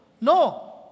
No